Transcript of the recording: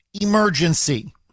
emergency